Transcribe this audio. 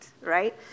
right